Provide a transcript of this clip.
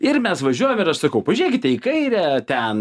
ir mes važiuojam ir aš sakau pažiūrėkite į kairę ten